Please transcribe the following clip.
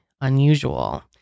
unusual